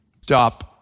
stop